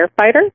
firefighter